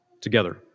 together